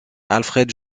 alfred